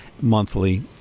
monthly